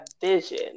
vision